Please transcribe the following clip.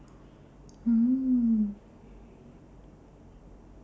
mm